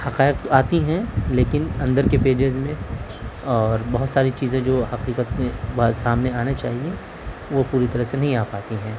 حقائق آتی ہیں لیکن اندر کے پیجز میں اور بہت ساری چیزیں جو حقیقت میں سامنے آنا چاہیے وہ پوری طرح سے نہیں آ پاتی ہیں